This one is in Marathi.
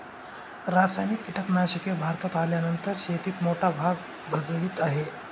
रासायनिक कीटनाशके भारतात आल्यानंतर शेतीत मोठा भाग भजवीत आहे